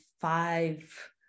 five